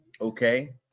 Okay